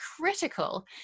critical